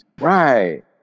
Right